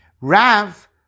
Rav